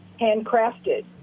handcrafted